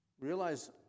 Realize